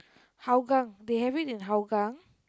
Hougang they have it in Hougang